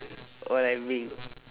all I bring